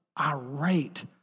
irate